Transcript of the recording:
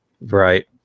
Right